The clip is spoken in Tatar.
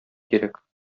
кирәк